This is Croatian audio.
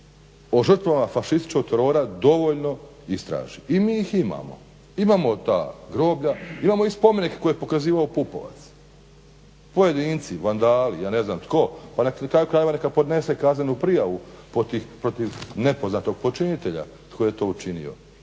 o žrtvama fašističkog terora dovoljno istraži i mi ih imamo. Imamo ta groblja, imamo i spomenik koji je pokazivao Pupovac. Pojedinci, vandali, ja ne znam tko, pa na kraju krajeva neka podnese kaznenu prijavu protiv nepoznatog počinitelja tko je to učinio.